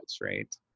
right